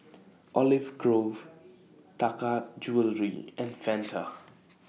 Olive Grove Taka Jewelry and Fanta